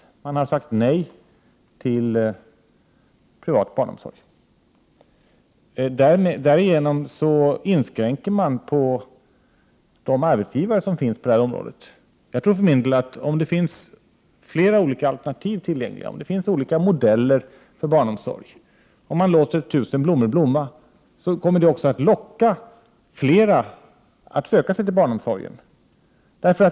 Man har sagt nej till privat barnomsorg. Därigenom begränsar man antalet arbetsgivare på detta område. Om det finns flera olika alternativ och olika modeller tillgängliga inom barnomsorgen — om man låter tusen blommor blomma — kommer det att locka fler att söka sig till barnomsorgen.